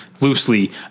loosely